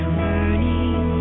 burning